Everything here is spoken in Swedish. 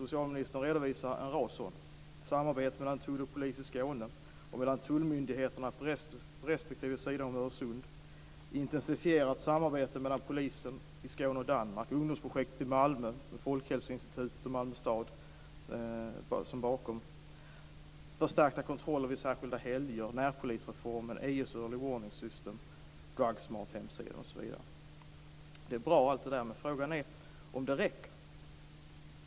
Socialministern redovisade en rad sådana: samarbete mellan tull och polis i Skåne och mellan tullmyndigheterna på respektive sida om Öresund, intensifierat samarbete mellan polisen i Folkhälsoinstitutet och Malmö stad står bakom, förstärkta kontroller vid särskilda helger, närpolisreformen, EU:s Early Warning System, hemsidan Drugsmart osv. Allt detta är bra, men frågan är om det räcker.